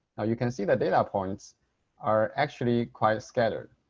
now you can see the data points are actually quite scattered.